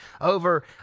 over